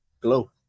Glow